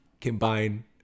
Combine